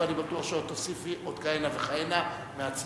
ואני בטוח שתוסיפי עוד כהנה וכהנה מעצמך.